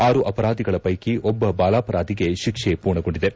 ಆರು ಅಪರಾಧಿಗಳ ಹೈಕಿ ಒಟ್ಟ ಬಾಲಾಪರಾಧಿಗೆ ಶಿಕ್ಷೆ ಪೂರ್ಣಗೊಂಡಿದೆ